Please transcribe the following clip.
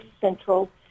central